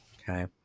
okay